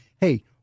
hey